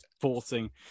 forcing